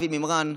אבי מימרן,